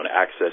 Access